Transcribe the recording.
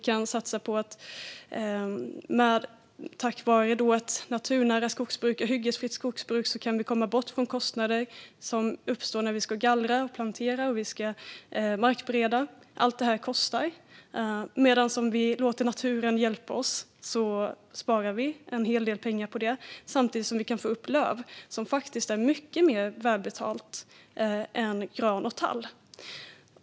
Genom ett naturnära och hyggesfritt skogsbruk kan vi komma bort från de kostnader som uppstår när vi gallrar, planterar och markbereder. Allt det här kostar, medan vi sparar en hel del pengar om vi låter naturen hjälpa oss, samtidigt som vi kan få upp lövträd, som faktiskt är mycket mer välbetalt än gran och tall.